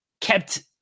kept